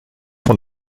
von